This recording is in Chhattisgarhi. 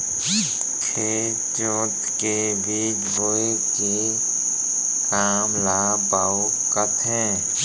खेत जोत के बीज बोए के काम ल बाउक कथें